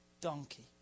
donkey